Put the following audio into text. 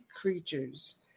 creatures